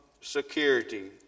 security